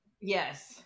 yes